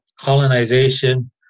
colonization